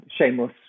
shameless